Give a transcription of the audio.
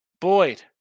Boyd